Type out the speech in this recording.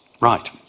Right